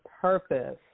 purpose